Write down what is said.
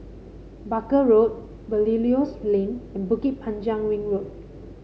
Barker Road Belilios Lane and Bukit Panjang Ring Road